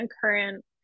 current